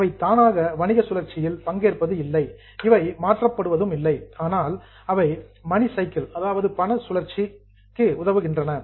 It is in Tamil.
அவை தானாக வணிக சுழற்சியில் பங்கேற்பது இல்லை இவை மாற்றப்படுவதில்லை ஆனால் இவை மணி சைக்கிள் பணம் சுழற்சிக்கு உதவுகின்றன